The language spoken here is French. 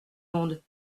monde